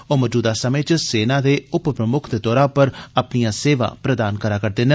ओह मौजूदा समें इच सेना दे उप प्रमुक्ख दे तौरा पर अपनियां सेवा प्रदान करा रदे न